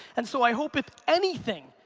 and so i hope if anything,